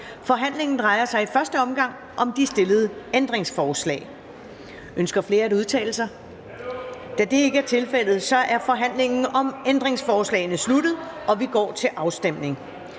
Forhandlingen drejer sig i første omgang om de stillede ændringsforslag. Ønsker nogen at udtale sig? Da det ikke er tilfældet, er forhandlingen om ændringsforslagene sluttet, og vi går til afstemning.